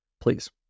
please